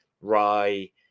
rye